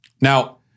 Now